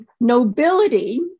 nobility